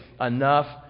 enough